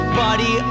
buddy